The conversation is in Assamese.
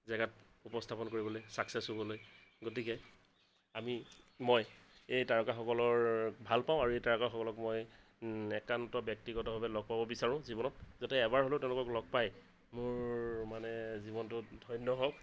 জেগাত উপস্থাপন কৰিবলৈ চাকচেছ হ'বলৈ গতিকে আমি মই এই তাৰকাসকলৰ ভাল পাওঁ আৰু এই তাৰকাসকলক মই একান্ত ব্যক্তিগতভাৱে লগ পাব বিচাৰোঁ জীৱনত যাতে এবাৰ হ'লেও তেওঁলোকক লগ পাই মোৰ মানে জীৱনটো ধন্য হওক